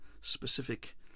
specific